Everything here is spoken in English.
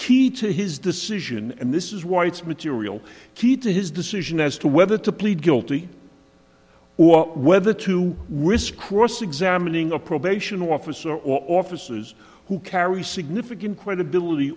key to his decision and this is why it's material key to his decision as to whether to plead guilty or whether to risk cross examining a probation officer or offices who carry significant credibility